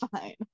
fine